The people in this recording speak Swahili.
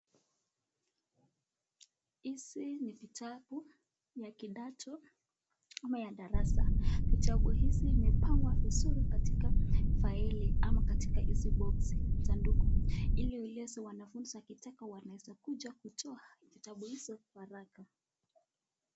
Hizi ni vitabu ya kidato ama ya darasa. Vitabu hizi zimepangwa vizuri katika faili ama katika hizi boxi , sanduku ili wanafunzi wakitaka kutoa vitabu hizo haraka.